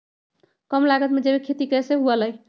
कम लागत में जैविक खेती कैसे हुआ लाई?